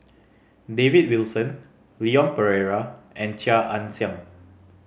David Wilson Leon Perera and Chia Ann Siang